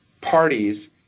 parties